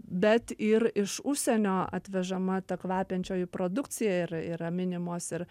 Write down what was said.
bet ir iš užsienio atvežama ta kvepiančioji produkcija ir yra minimos ir